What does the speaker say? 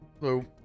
Hello